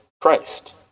Christ